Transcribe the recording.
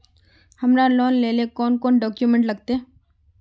हमरा लोन लेले कौन कौन डॉक्यूमेंट लगते?